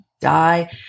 die